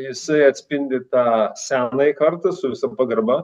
jisai atspindi tą senąją kartą su visa pagarba